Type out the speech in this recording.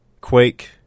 quake